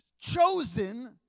chosen